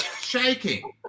shaking